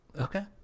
Okay